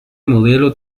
modelo